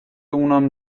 اونم